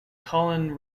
colin